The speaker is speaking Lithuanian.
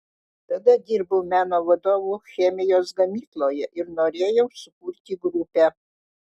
tada dirbau meno vadovu chemijos gamykloje ir norėjau sukurti grupę